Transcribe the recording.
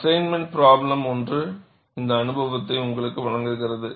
assignment problem ஒன்று இந்த அனுபவத்தை உங்களுக்கு வழங்குகிறது